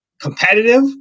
competitive